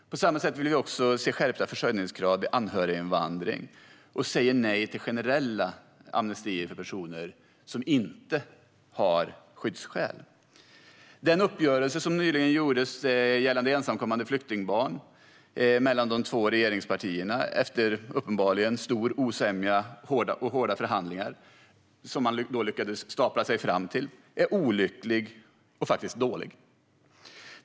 På samma sätt vill vi också se skärpta försörjningskrav vid anhöriginvandring, och vi säger nej till generella amnestier för personer som inte har skyddsskäl. Den uppgörelse gällande ensamkommande flyktingbarn som de två regeringspartierna nyligen, efter uppenbarligen stor osämja och hårda förhandlingar, lyckades komma fram till är olycklig och faktiskt dålig.